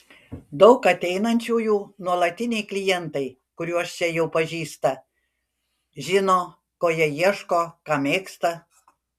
daug ateinančiųjų nuolatiniai klientai kuriuos čia jau pažįsta žino ko jie ieško ką mėgsta